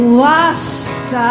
washed